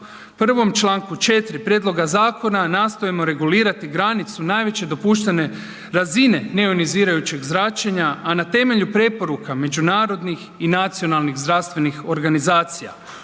1. čl. 4. prijedloga zakona nastojimo regulirati granicu najveće dopuštene razine neionizirajućeg zračenja, a na temelju preporuka međunarodnih i nacionalnih zdravstvenih organizacija